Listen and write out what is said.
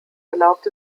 erlaubt